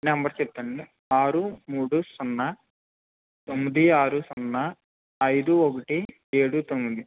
number చెప్తానండి ఆరు మూడు సున్నా తొమ్మిది ఆరు సున్నా ఐదు ఒకటి ఏడు తొమ్మిది